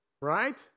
Right